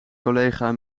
collega